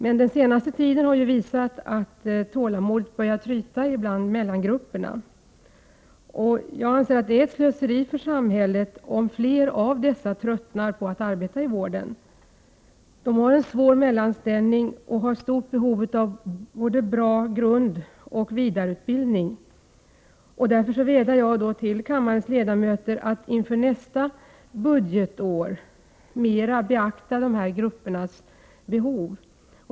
Men den senaste tiden har visat att tålamodet börjar tryta hos mellangrupperna. Jag anser att det är ett slöseri för samhället om fler av dessa tröttnar på att arbeta i vården. De har en svår mellanställning och har stort behov av bra både grundoch vidareutbildning. Därför vädjar jag till kammarens ledamöter att inför nästa budgetår mer beakta de här gruppernas behov.